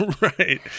right